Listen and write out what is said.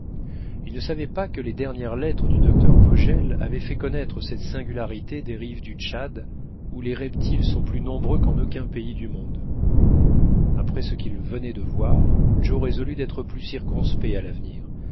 il ne savait pas que les dernières lettres du docteur vogel avaient fait connaître cette singularité des rives du tchad où les reptiles sont plus nombreux qu'en aucun pays du monde après ce qu'il venait de voir joe résolut d'être plus circonspect à l'avenir